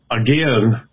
again